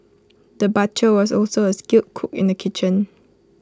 the butcher was also A skilled cook in the kitchen